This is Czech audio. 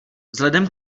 vzhledem